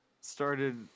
started